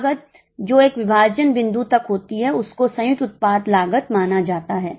लागत जो एक विभाजन बिंदु तक होती है उसको संयुक्त उत्पाद लागत माना जाता है